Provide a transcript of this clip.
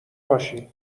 باشی